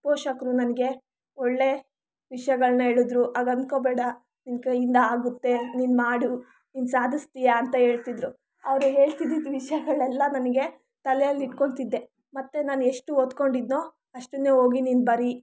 ಪೋಷಕರು ನನಗೆ ಒಳ್ಳೆಯ ವಿಷಯಗಳನ್ನ ಹೇಳಿದ್ರು ಹಾಗೆ ಅನ್ಕೋಬೇಡ ನಿನ್ನ ಕೈಯ್ಯಿಂದ ಆಗುತ್ತೆ ನೀನು ಮಾಡು ನೀನು ಸಾಧಿಸ್ತೀಯಾ ಅಂತ ಹೇಳ್ತಿದ್ರು ಅವರು ಹೇಳ್ತಿದ್ದ ವಿಷಯಗಳೆಲ್ಲ ನನಗೆ ತಲೆಯಲ್ಲಿ ಇಟ್ಕೊಳ್ತಿದ್ದೆ ಮತ್ತೆ ನಾನು ಎಷ್ಟು ಓದ್ಕೊಂಡಿದ್ನೋ ಅಷ್ಟನ್ನೇ ಹೋಗಿ ನೀನು ಬರಿ